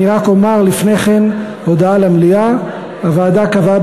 אני רק אומר לפני כן הודעה למליאה: הוועדה קבעה